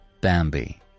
Bambi